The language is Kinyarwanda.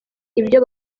ibyo